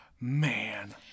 Man